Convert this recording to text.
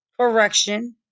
Correction